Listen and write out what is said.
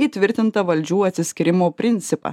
įtvirtintą valdžių atsiskyrimo principą